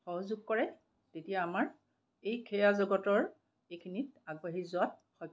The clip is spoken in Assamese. সহযোগ কৰে তেতিয়া আমাৰ এই ক্ৰীড়া জগতৰ এইখিনিত আগবাঢ়ি যোৱাত সক্ষম হ'ম